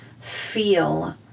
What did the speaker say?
feel